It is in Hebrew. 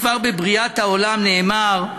כבר בבריאת העולם נאמר: